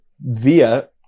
via